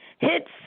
hits